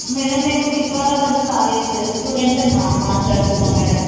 madam నేను Vikarabad college student మా మాట్లాడుతున్నాను మ్యాడమ్